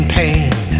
pain